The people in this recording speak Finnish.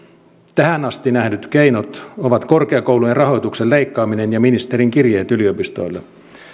tähän asti nähdyt keinot ovat korkeakoulujen rahoituksen leikkaaminen ja ministerin kirjeet yliopistoille